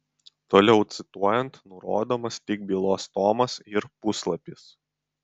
toliau cituojant nurodomas tik bylos tomas ir puslapis